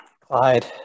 Clyde